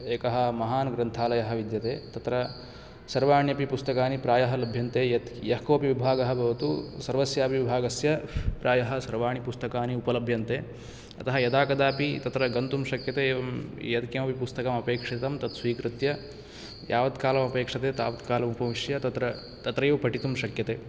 एकः महान् ग्रन्थालयः विद्यते तत्र सर्वाण्यपि पुस्तकानि प्रायः लभ्यन्ते यत् यः कोऽपि विभागः भवतु सर्वस्यापि विभागस्य प्रायः सर्वाणि पुस्तकानि उपलभ्यन्ते अतः यदा कदापि तत्र गन्तुं शक्यते एवं यद् किमपि पुस्तकम् अपेक्षितं तत् स्विकृत्य यावत्कालं अपेक्षित तावत्कालं उपविश्य तत्र तत्रैव पठितुं शक्यते